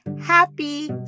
Happy